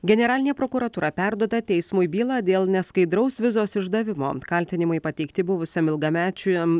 generalinė prokuratūra perduoda teismui bylą dėl neskaidraus vizos išdavimo kaltinimai pateikti buvusiam ilgamečiam